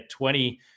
20